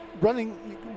running